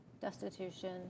destitution